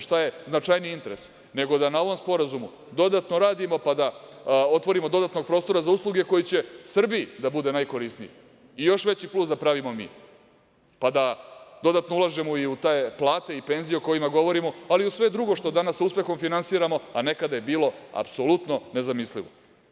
Šta je značajniji interes nego da na ovom sporazumu dodatno radimo, pa da otvorimo dodatnog prostora za usluge koji će Srbiji da bude najkorisniji i još veći plus da pravimo mi, pa da dodatno ulažemo i u te plate i penzije o kojima govorimo, ali i u sve drugo što danas sa uspehom finansiramo, a nekada je bilo apsolutno nezamislivo.